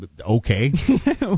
okay